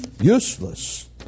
useless